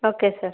okay sir